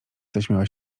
zaśmiała